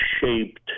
shaped